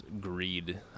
greed